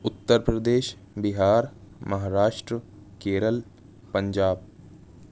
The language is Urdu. اتر پردیش بہار مہاراشٹر کیرل پنجاب